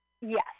yes